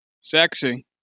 Sexy